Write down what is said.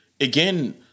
again